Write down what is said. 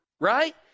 Right